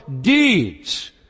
Deeds